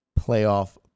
playoff